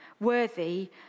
worthy